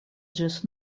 ĝis